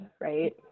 right